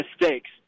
mistakes